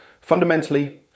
Fundamentally